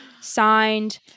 signed